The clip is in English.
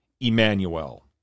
Emmanuel